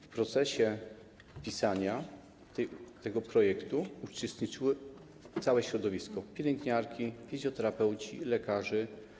W procesie pisania tego projektu uczestniczyło całe środowisko: pielęgniarki, fizjoterapeuci i lekarze.